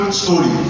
story